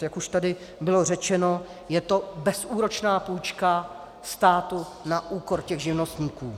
Jak už tady bylo řečeno, je to bezúročná půjčka státu na úkor živnostníků.